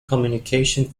communication